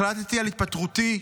החלטתי על התפטרותי.